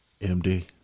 MD